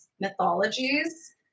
mythologies